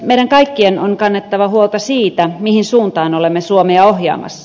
meidän kaikkien on kannettava huolta siitä mihin suuntaan olemme suomea ohjaamassa